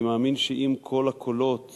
אני מאמין שאם כל הקולות